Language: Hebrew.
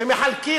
מחלקים